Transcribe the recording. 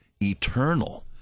eternal